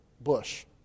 bush